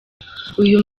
uyu